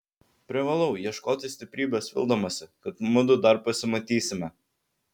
privalau ieškoti stiprybės vildamasi kad mudu dar pasimatysime